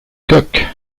coq